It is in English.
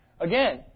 again